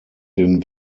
den